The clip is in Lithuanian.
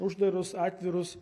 uždarus atvirus